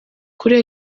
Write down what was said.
kuri